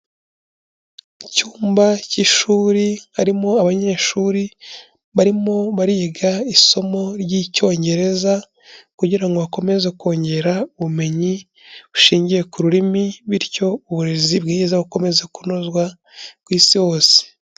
Icyumba cy'ishuri harimo abanyeshuri barimo bariga isomo ry'icyongereza kugira ngo hakomeze kongerara ubumenyi bushingiye ku rurimi bityo uburezi bwiza bukomezaze kunozwa ku isi hose.